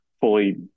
fully